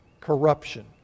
corruption